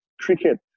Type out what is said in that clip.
cricket